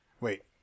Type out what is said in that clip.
wait